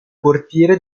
portiere